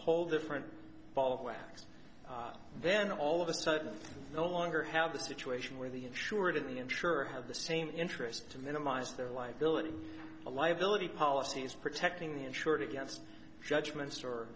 whole different ball of wax then all of a sudden no longer have the situation where the insured of the insurer have the same interest to minimize their liability a liability policy as protecting the insured against judgments